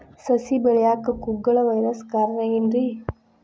ಸಸಿ ಬೆಳೆಯಾಕ ಕುಗ್ಗಳ ವೈರಸ್ ಕಾರಣ ಏನ್ರಿ?